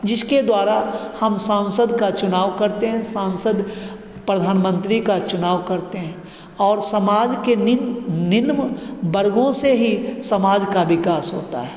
जिसके द्वारा हम सांसद का चुनाव करते हैं सांसद प्रधानमन्त्री का चुनाव करते हैं और समाज के निम निम्न वर्गों से ही समाज का विकास होता है